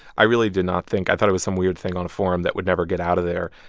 i really did not think i thought it was some weird thing on a forum that would never get out of there.